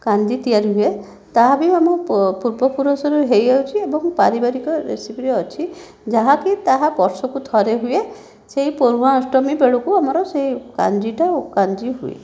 କାଞ୍ଜି ତିଆରି ହୁଏ ତା' ବି ଆମ ପୂର୍ବପୁରୁଷରୁ ହୋଇଆସୁଛି ଏବଂ ପାରିବାରିକ ରେସିପିରେ ଅଛି ଯାହାକି ତାହା ବର୍ଷକୁ ଥରେ ହୁଏ ସେହି ପୋଢ଼ୁଆଁ ଅଷ୍ଟମୀ ବେଳକୁ ଆମର ସେ କାଞ୍ଜିଟା କାଞ୍ଜି ହୁଏ